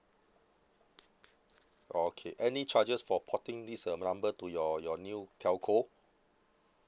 oh okay any charges for porting this uh number to your your new telco